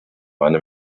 eine